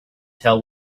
tell